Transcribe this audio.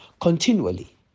continually